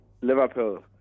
Liverpool